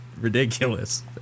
ridiculous